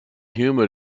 humid